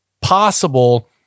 possible